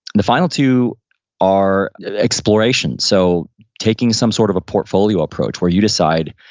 the final two are exploration. so taking some sort of a portfolio approach where you decide,